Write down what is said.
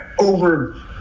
over